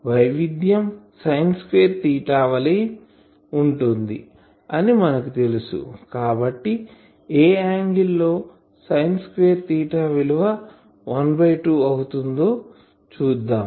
దీని వైవిధ్యం sine square theta వలె ఉంటుంది అనిమనకుతెలుసు కాబట్టి ఏ యాంగిల్ లో సైన్ స్క్వేర్ తీటా విలువ ½ అవుతుందో చూద్దాం